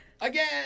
Again